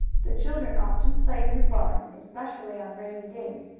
the children often played in the barn, especially on rainy days,